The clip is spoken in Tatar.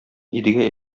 идегәй